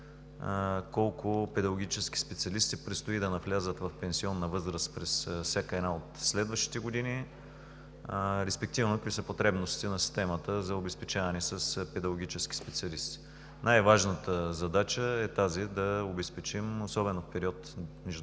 колко педагогически специалисти предстои да навлязат в пенсионна възраст през всяка от следващите години, респективно какви са потребностите на системата за обезпечаване с педагогически специалисти. Най-важната задача е тази да обезпечим, особено в следващите